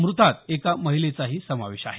मृतात एका महिलेचाही समावेश आहे